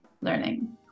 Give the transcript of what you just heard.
learning